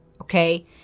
okay